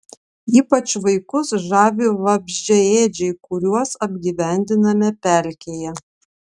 ypač vaikus žavi vabzdžiaėdžiai kuriuos apgyvendiname pelkėje